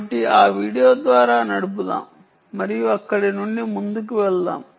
కాబట్టి ఆ వీడియో ద్వారా నడుపుదాం మరియు అక్కడ నుండి ముందుకు వెళ్దాం